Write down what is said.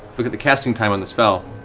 look at the casting time on the spell.